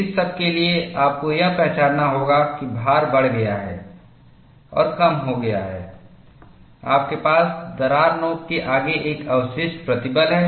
इस सब के लिए आपको यह पहचानना होगा कि भार बढ़ गया है और कम हो गया है आपके पास दरार नोक के आगे एक अवशिष्ट प्रतिबल है